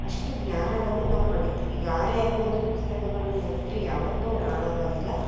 ಅಷ್ಟು ಜ್ಞಾನವನ್ನು ನಾವು ಪಡಿತೀವಿ ಯಾರೇ ಆಗಲಿ ಒಂದು ಪುಸ್ತಕವನ್ನು ಹೋದ್ರೆ ಯಾವತ್ತು ಅವ್ರು ಹಾಳಾಗೋದಿಲ್ಲ